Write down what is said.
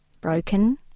broken